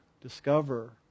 discover